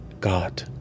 god